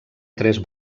tres